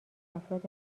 افراد